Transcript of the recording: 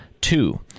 Two